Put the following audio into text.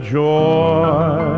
joy